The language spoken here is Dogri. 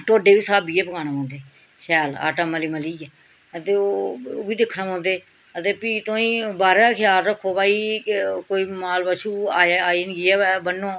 टोडे बी स्हाबियै गै बनाने पौंदे शैल आटा मली मलियै आ ते ओह् ओह् बी दिक्खने पौंदे आं ते फ्ही तुआईं बाह्रा ख्याल रक्खो भाई कोई माल बच्छु आए आई नी गेआ होऐ बन्नो